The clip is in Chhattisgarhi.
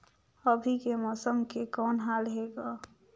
अभी के मौसम के कौन हाल हे ग?